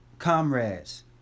comrades